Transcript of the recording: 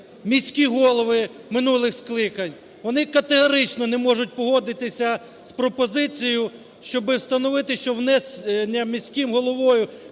міські голови минулих скликань, вони категорично не можуть погодитися з пропозицією, щоби встановити, що внесення міським головою